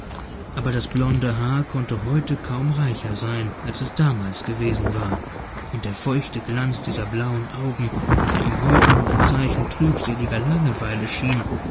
aber das blonde haar konnte heute kaum reicher sein als es damals gewesen war und der feuchte glanz dieser blauen augen der ihm heute nur ein zeichen trübseliger langeweile schien